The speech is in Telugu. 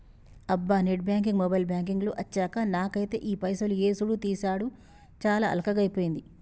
అబ్బా నెట్ బ్యాంకింగ్ మొబైల్ బ్యాంకింగ్ లు అచ్చాక నాకైతే ఈ పైసలు యేసుడు తీసాడు చాలా అల్కగైపోయింది